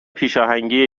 پیشاهنگی